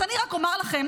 אז אני רק אומר לכם,